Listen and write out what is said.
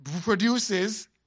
produces